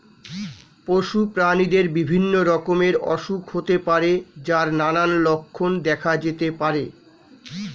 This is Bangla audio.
পশু প্রাণীদের বিভিন্ন রকমের অসুখ হতে পারে যার নানান লক্ষণ দেখা যেতে পারে